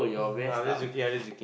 nah I'm just joking I'm just joking